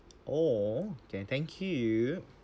!aww! okay thank you